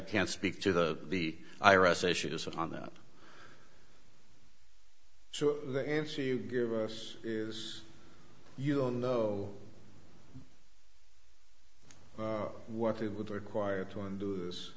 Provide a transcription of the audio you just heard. can't speak to the the i r s issues on that so the answer you give us is you don't know what it would require to undo this